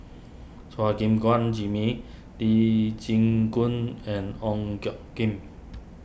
Chua Gim Guan Jimmy Lee Chin Koon and Ong Tjoe Kim